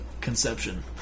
Conception